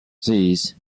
six